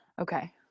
Okay